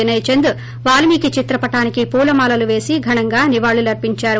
వినయ్ చంద్ వాల్మీకి చిత్రపటానికి పూల మాళలు వేసి ఘనంగా నివాళులు అర్పించారు